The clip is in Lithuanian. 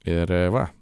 ir va